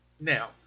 Now